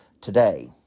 today